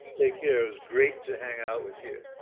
thank you. it was great to hang out with you.